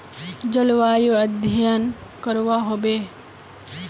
जलवायु अध्यन करवा होबे बे?